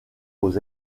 aux